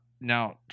Now